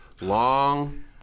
long